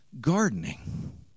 gardening